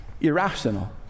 irrational